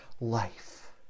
life